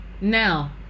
Now